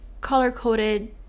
color-coded